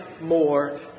more